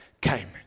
came